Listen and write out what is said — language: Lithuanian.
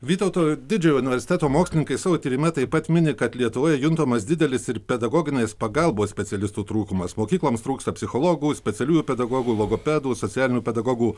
vytauto didžiojo universiteto mokslininkai savo tyrime taip pat mini kad lietuvoje juntamas didelis ir pedagoginės pagalbos specialistų trūkumas mokykloms trūksta psichologų specialiųjų pedagogų logopedų socialinių pedagogų